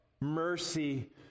mercy